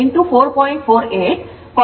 7 4